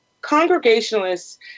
congregationalists